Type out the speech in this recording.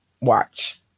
watch